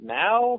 now